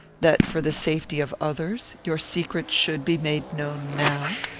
that for the safety of others your secret should be made known now?